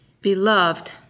Beloved